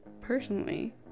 personally